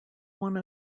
one